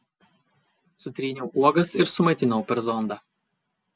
sutryniau uogas ir sumaitinau per zondą